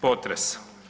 Potres.